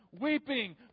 weeping